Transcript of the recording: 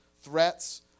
threats